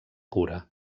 cura